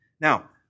Now